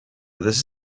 this